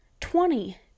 Twenty